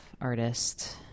artist